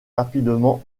rapidement